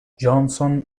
johnson